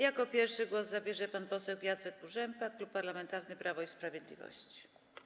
Jako pierwszy głos zabierze pan poseł Jacek Kurzępa, Klub Parlamentarny Prawo i Sprawiedliwość.